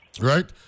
Right